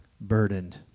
burdened